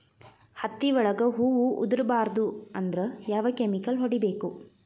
ಹತ್ತಿ ಒಳಗ ಹೂವು ಉದುರ್ ಬಾರದು ಅಂದ್ರ ಯಾವ ಕೆಮಿಕಲ್ ಹೊಡಿಬೇಕು?